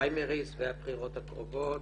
הפריימריז והבחירות הקרובות.